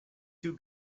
two